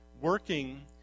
working